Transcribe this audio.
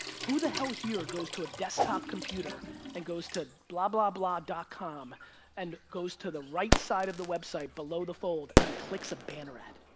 who the hell here goes to a desktop computer and goes to blah blah blah dot com and goes to the right side of the website below the fold and clicks a banner ad?